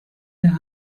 der